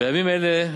בימים אלה,